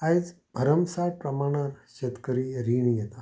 आयज भर्मसाट प्रमाणान शेतकरी रीण घेता